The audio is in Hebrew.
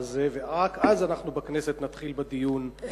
ורק אז אנחנו בכנסת נתחיל בדיון,